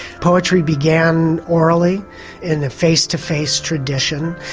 poetry began orally in the face-to-face tradition.